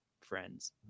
friends